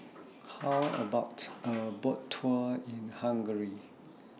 How about A Boat Tour in Hungary